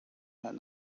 that